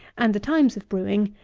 and the times of brewing,